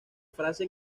frase